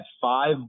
five